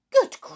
Good